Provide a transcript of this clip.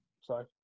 sorry